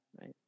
right